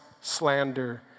slander